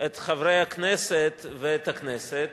את חברי הכנסת ואת הכנסת,